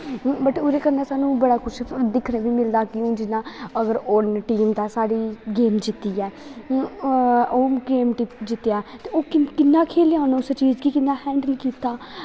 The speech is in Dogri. बट ओह्दे कन्नै सानूं बड़ा कुछ दिक्खने गी मिलदा कि हून जि'यां अगर ओह् लुट्टी जंदा साढ़ी गेम जित्तियै ओह् क्यों जित्तेआ ओह् कि'यां खेलेआ उस चीज गी कि'यां हैंडल कीता